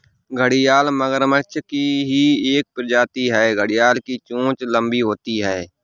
घड़ियाल मगरमच्छ की ही एक प्रजाति है घड़ियाल की चोंच लंबी होती है